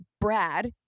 Brad